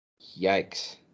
Yikes